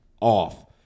off